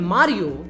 Mario